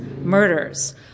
murders